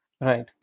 Right